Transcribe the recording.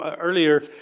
earlier